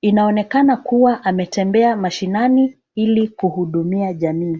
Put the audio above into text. Inaonekana kuwa ametembea mashinani ili kuhudumia jamii.